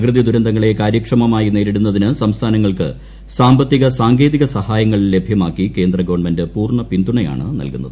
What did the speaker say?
പ്രകൃതിദുരന്തങ്ങളെ കാര്യക്ഷമമായി നേരിടുന്നതിന് സംസ്ഥാനങ്ങൾക്ക് സാമ്പത്തിക സാങ്കേതിക സഹായങ്ങൾ ലഭ്യമാക്കി കേന്ദ്രഗവൺമെന്റ് പൂർണ്ണ പിന്തുണയാണ് നൽകുന്നത്